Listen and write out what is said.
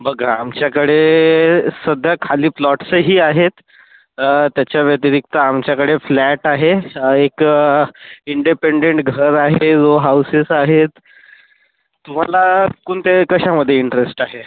बघा आमच्याकडे सध्या खाली प्लॉट्सही आहेत त्याच्या व्यतिरिक्त आमच्याकडे फ्लॅट आहे एक इंडिपेंडेंट घर आहे रो हाऊसेस आहेत तुम्हाला कोणत्या कशामध्ये इंटरेस्ट आहे